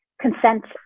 consent